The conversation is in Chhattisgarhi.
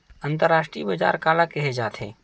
अंतरराष्ट्रीय बजार काला कहे जाथे?